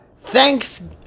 Thanks